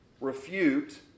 refute